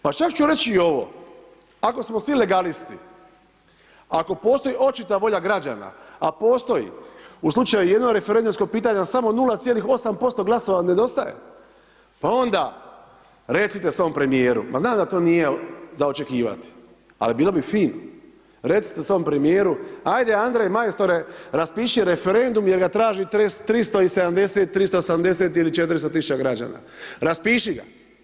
Pa čak ću reći i ovo, ako smo siv legalisti, ako postoji očita volja građana, a postoji, u slučaju jednog referendumskog pitanja, samo 0,8% glasova nedostaje, pa onda recite svom premjeru, znam da to nije očekivati, ali bilo bi fino, recite svom premjeru, ajde Andrej majstore, raspiši referendum, jer ga traži 370, 380 ili 400 tisuća građana, raspiši ga.